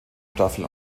staffel